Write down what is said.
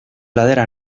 ladera